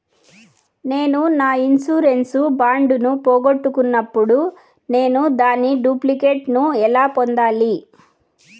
నేను నా insurance bond ను పోగొట్టుకున్నప్పుడు నేను దాని డూప్లికేట్ ను ఎలా పొందాలి?